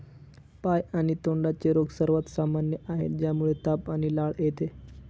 पाय आणि तोंडाचे रोग सर्वात सामान्य आहेत, ज्यामुळे ताप आणि लाळ येते